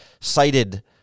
cited